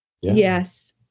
Yes